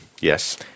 Yes